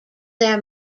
their